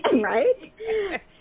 Right